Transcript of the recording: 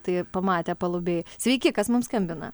tai pamatę palubėj sveiki kas mums skambina